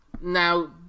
Now